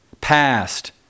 past